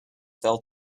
fell